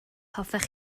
hoffech